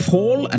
Paul